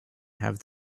have